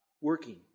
working